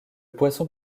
poisson